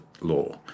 law